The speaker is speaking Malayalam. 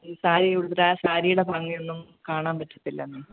സാരിയുടുത്താൽ സാരിയുടെ ഭംഗി ഒന്നും കാണാൻ പറ്റില്ല എന്നേ